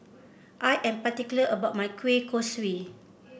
I am particular about my Kueh Kosui